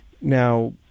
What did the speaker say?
Now